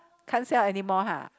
can't sell anymore !huh!